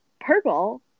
purple